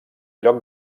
lloc